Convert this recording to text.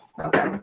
Okay